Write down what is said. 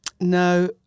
No